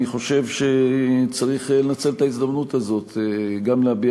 אני חושב שצריך לנצל את ההזדמנות הזאת גם להביע